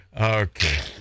Okay